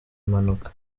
mpanuka